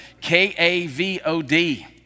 K-A-V-O-D